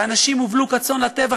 ואנשים הובלו כצאן לטבח,